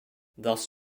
thus